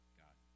god